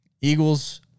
Eagles